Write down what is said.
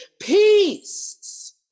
peace